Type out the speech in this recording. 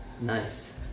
Nice